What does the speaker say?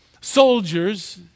soldiers